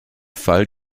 fall